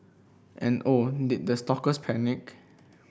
and oh did the stalkers panic